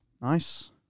Nice